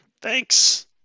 Thanks